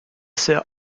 sœur